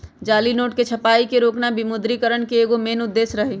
जाली नोट के छपाई के रोकना विमुद्रिकरण के एगो मेन उद्देश्य रही